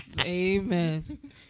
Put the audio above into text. Amen